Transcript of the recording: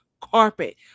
carpet